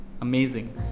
Amazing